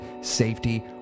safety